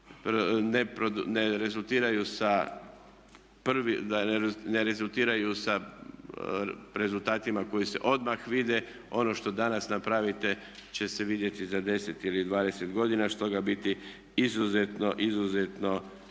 ne rezultiraju sa rezultatima koji se odmah vide. Ono što danas napravite će se vidjeti za 10 ili 20 godina, stoga treba bit izuzetno, izuzetno